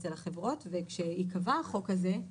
אצל החברות וכאשר ייקבע החוק הזה,